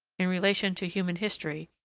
in relation to human history,